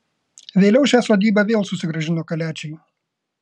vėliau šią sodybą vėl susigrąžino kaliačiai